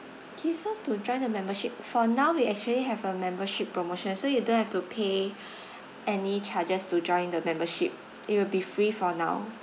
K so to join the membership for now we actually have a membership promotion so you don't have to pay any charges to join the membership it will be free for now